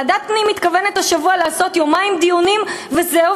ועדת הפנים מתכוונת השבוע לעשות יומיים דיונים וזהו,